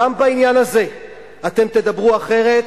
גם בעניין הזה אתם תדברו אחרת,